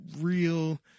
real